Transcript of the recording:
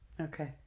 Okay